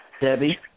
Debbie